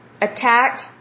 attacked